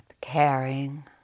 caring